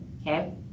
okay